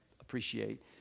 appreciate